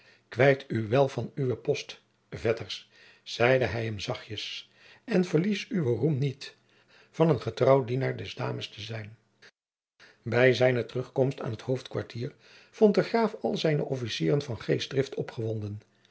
kwijt uw wel van uwe post vetter s zeide hij hem zachtjens en verlies uwen roem niet van een getrouw dienaar der dames te zijn bij zijne terugkomst aan het hoofdkwartier vond de graaf al zijne officieren van geestdrift opgewonden